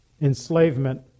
enslavement